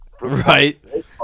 Right